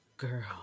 Girl